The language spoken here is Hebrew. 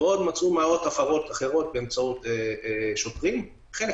מצאו עוד מאות הפרות אחרות באמצעות שוטרים חלק